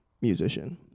musician